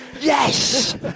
Yes